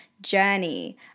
journey